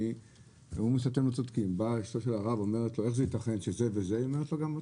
שאלה אשתו של הרב איך זה יתכן שזה צודק וזה צודק,